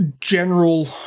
general